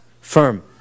firm